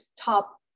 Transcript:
top